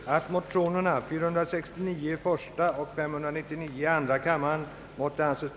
Herr talman! Utskottet har ju tillgodosett motionärernas framställning i och med att motionen överlämnats till vägplaneutredningen.